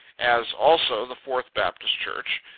as also the fourth baptist church.